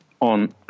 on